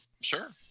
Sure